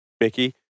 Mickey